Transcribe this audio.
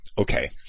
Okay